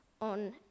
on